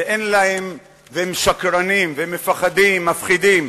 והם שקרנים, והם מפחדים, מפחידים.